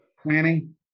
planning